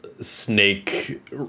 snake